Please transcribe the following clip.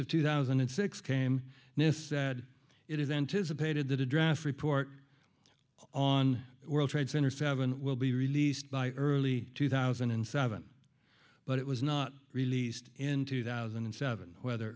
of two thousand and six came nist said it is anticipated that a draft report on world trade center seven will be released by early two thousand and seven but it was not released in two thousand and seven whether